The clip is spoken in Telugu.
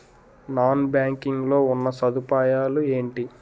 నాన్ బ్యాంకింగ్ లో ఉన్నా సదుపాయాలు ఎంటి?